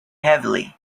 heavily